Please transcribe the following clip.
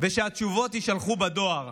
ושהתשובות יישלחו בדואר.